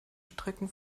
strecken